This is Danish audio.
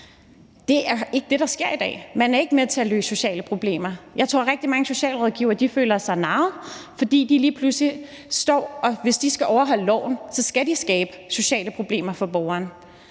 Det er ikke det, der sker i dag. Man er ikke med til at løse sociale problemer. Jeg tror, at rigtig mange socialrådgivere føler sig narret, fordi de lige pludselig, hvis de skal overholde loven, skal skabe sociale problemer for borgeren;